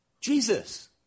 Jesus